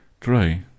try